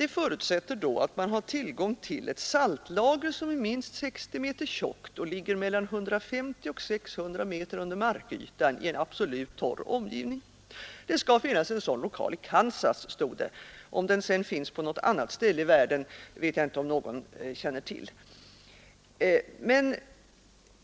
Det förutsätter emellertid att man har tillgång till ett saltlager som är minst 60 meter tjockt och ligger mellan 150 och 600 meter under markytan i en absolut torr omgivning. Det skall finnas en sådan lokal i Kansas, stod det. Om det finns på något annat ställe i världen tycks ingen veta. Men